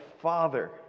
father